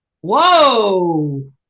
Whoa